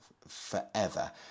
forever